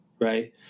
right